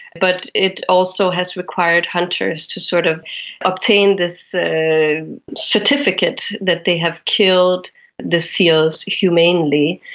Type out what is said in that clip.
but it also has required hunters to sort of obtain this certificate that they have killed the seals humanely.